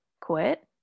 quit